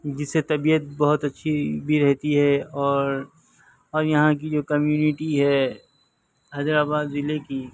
جس سے طبیعت بہت اچھی بھی رہتی ہے اور اور یہاں کی جو کمیونٹی ہے حیدرآباد ضلع کی